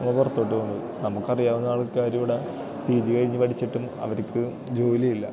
നമ്മള് പുറത്തോട്ട് പോകുന്നത് നമുക്കറിയാവുന്ന ആൾക്കാരിവിടെ പി ജി കഴിഞ്ഞ് പഠിച്ചിട്ടും അവർക്കു ജോലിയില്ല